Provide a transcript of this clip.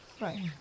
Right